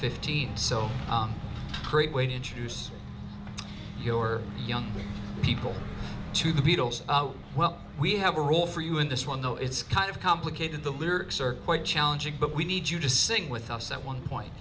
fifteenth so great way to introduce your young people to the beatles well we have a role for you in this one though it's kind of complicated the lyrics are quite challenging but we need you to sing with us at one point